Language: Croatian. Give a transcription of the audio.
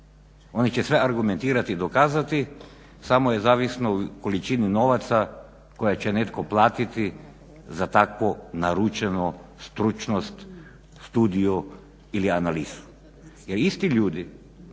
Oni će sve argumentirati i dokazati, samo je zavisno o količini novaca koju će netko platiti za takvu naručenu stručnost, studiju ili analizu. Jer isti ljudi